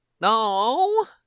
No